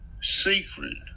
secret